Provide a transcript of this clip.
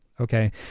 okay